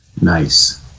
Nice